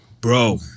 Bro